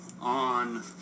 On